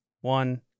one